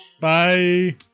Bye